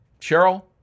Cheryl